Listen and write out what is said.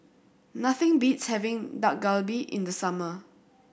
nothing beats having Dak Galbi in the summer